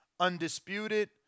undisputed